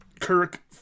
Kirk